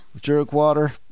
Jerkwater